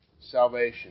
salvation